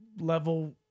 level